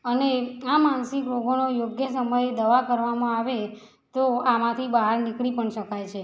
અને આ માનસિક રોગોનો યોગ્ય સમયે દવા કરવામાં આવે તો આમાંથી બહાર નીકળી પણ શકાય છે